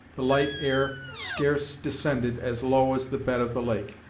the light air scarce descended as low as the bed of the lake,